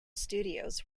studios